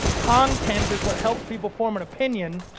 content is what helps people form an opinion